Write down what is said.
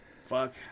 Fuck